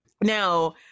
now